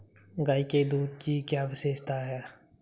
गाय के दूध की क्या विशेषता है?